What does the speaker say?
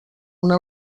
una